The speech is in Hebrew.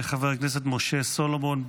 ראשון הדוברים יהיה חבר הכנסת משה סולומון,